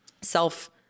self